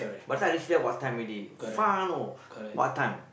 by the time I reach there what time already far know what time